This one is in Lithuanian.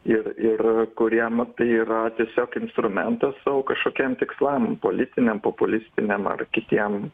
ir ir kurie nu tai yra tiesiog instrumentas savo kažkokiem tikslam politiniam populistiniam ar kitiem